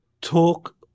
talk